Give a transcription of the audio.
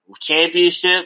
Championship